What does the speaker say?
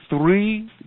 three